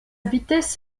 vitesse